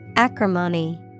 Acrimony